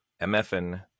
MFN